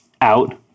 out